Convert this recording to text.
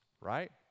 right